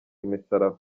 imisaraba